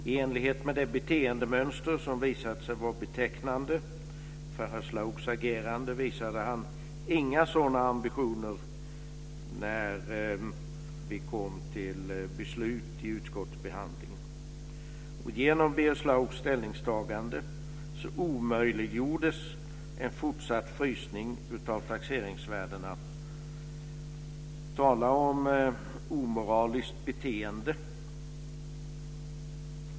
I enlighet med det beteendemönster som visat sig vara betecknande för herr Schlaugs agerande visade denne inga sådana ambitioner när vi kom fram till beslut vid utskottsbehandlingen. Genom Birger Schlaugs ställningstagande omöjliggjordes en fortsatt frysning av taxeringsvärdena. Tala om omoraliskt beteende!